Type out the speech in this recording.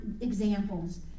examples